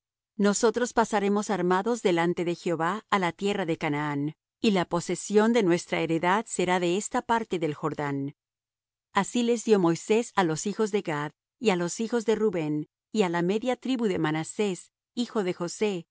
nosotros pasaremos armados delante de jehová á la tierra de canaán y la posesión de nuestra heredad será de esta parte del jordán así les dió moisés á los hijos de gad y á los hijos de rubén y á la media tribu de manasés hijo de josé el